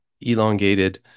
elongated